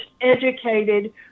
educated